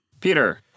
Peter